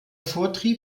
vortrieb